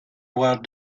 well